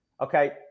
okay